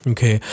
Okay